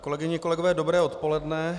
Kolegyně a kolegové, dobré odpoledne.